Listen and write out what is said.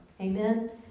Amen